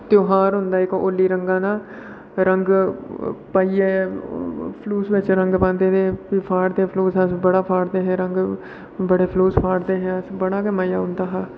ध्यार होंदा होली इक रंगां दा रंग पाइयै फलूस बिच रंग पांदे ते फ्ही फाड़दे बी बड़ा फाड़दे हे रंग बड़ा फलूस फाड़दे हे अस बड़ा गै मज़ा औंदा हा